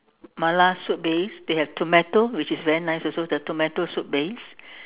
mala soup base they have tomato which is very nice also the tomato soup base